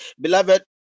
Beloved